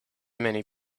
many